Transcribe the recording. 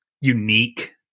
unique